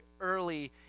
early